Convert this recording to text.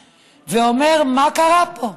ואומר, מה קרה פה,